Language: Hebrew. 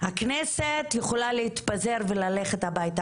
הכנסת יכולה להתפזר וללכת הביתה.